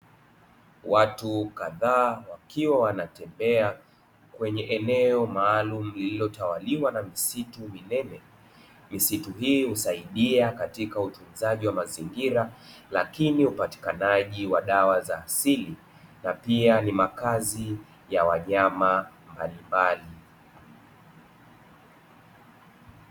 Watu kadhaa wakiwa wanatembea kwenye eneo maalum lililotawaliwa na misitu minene. Misitu hii husaidia katika utunzaji wa mazingira lakini upatikanaji wa dawa za asili. Na pia ni makazi ya wanyama mbalimbali.